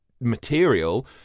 material